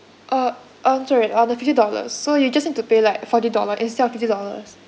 uh on sorry on the fifty dollars so you just need to pay like forty dollar instead of fifty dollars